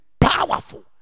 powerful